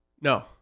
No